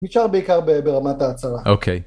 נשאר בעיקר ברמת ההצלחה. אוקיי.